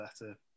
better